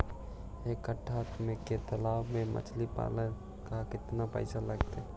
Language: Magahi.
एक कट्ठा के तालाब में मछली पाले ल केतना पैसा लगतै?